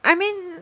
I mean